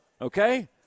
okay